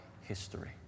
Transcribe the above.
history